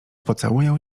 pocałuję